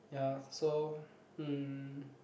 ya so mm